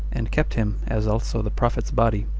and kept him, as also the prophet's body.